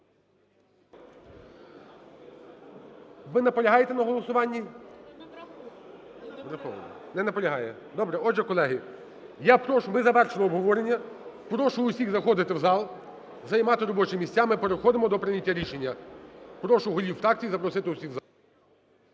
Ви наполягаєте на голосуванні? Не наполягає. Добре. Отже, колеги, я прошу, ми завершили обговорення. Прошу усіх заходити в зал, займати робочі місця, ми переходимо до прийняття рішення. Прошу голів фракцій запросити усіх в зал.